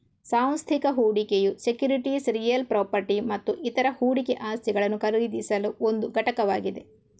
ಸಾಂಸ್ಥಿಕ ಹೂಡಿಕೆಯು securities real property ಮತ್ತು ಇತರ ಹೂಡಿಕೆ ಆಸ್ತಿಗಳನ್ನು ಖರೀದಿಸಲು ಒಂದು ಘಟಕವಾಗಿದೆ